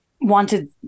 wanted